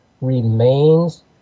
remains